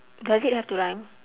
does it have to rhyme